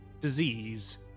disease